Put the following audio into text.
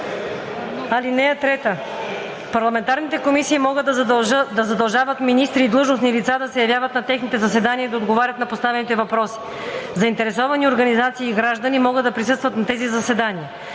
„(3) Парламентарните комисии могат да задължават министри и длъжностни лица да се явяват на техните заседания и да отговарят на поставените въпроси. Заинтересовани организации и граждани могат да присъстват на тези заседания.